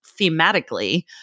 thematically